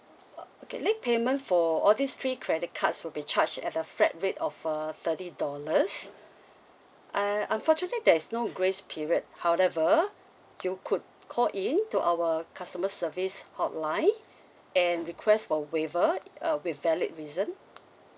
uh okay late payment for all these three credit cards will be charged at a flat rate of uh thirty dollars uh unfortunately there's no grace period however you could call in to our customer service hotline and request for waiver uh with valid reason